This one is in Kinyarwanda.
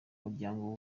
muryango